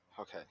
Okay